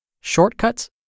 shortcuts